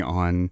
on